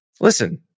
listen